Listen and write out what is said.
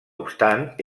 obstant